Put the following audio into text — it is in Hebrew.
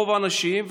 רוב האנשים,